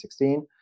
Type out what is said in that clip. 2016